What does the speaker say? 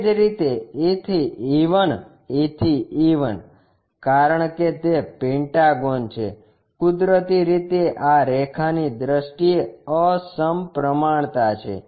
એ જ રીતે E થી E 1 E થી E 1 કારણ કે તે પેન્ટાગોન છે કુદરતી રીતે આ રેખાની દ્રષ્ટિએ અસમપ્રમાણતા છે